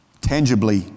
tangibly